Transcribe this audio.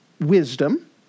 Wisdom